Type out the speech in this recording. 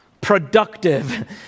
productive